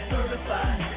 Certified